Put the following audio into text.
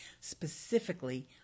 specifically